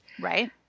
Right